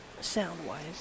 sound-wise